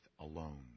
alone